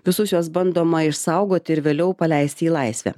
visus juos bandoma išsaugoti ir vėliau paleisti į laisvę